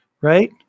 right